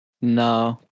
no